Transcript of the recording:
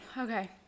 Okay